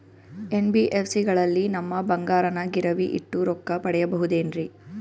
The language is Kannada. ಎನ್.ಬಿ.ಎಫ್.ಸಿ ಗಳಲ್ಲಿ ನಮ್ಮ ಬಂಗಾರನ ಗಿರಿವಿ ಇಟ್ಟು ರೊಕ್ಕ ಪಡೆಯಬಹುದೇನ್ರಿ?